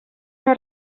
una